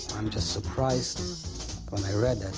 i'm just surprised when i read that